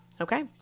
Okay